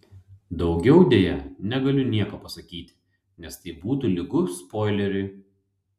daugiau deja negaliu nieko pasakyti nes tai būtų lygu spoileriui